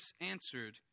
answered